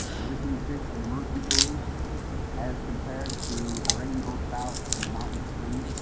you ever seen fish in a murky pool as compared to the rainbow trout in the mountain stream?